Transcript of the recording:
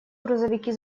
грузовики